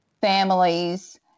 families